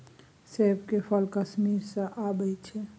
सेब के फल कश्मीर सँ अबई छै